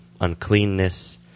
uncleanness